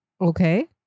Okay